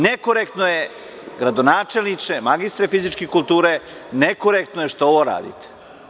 Nekorektno je gradonačelniče, mr fizičke kulture, nekorektno je što ovo radite.